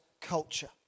culture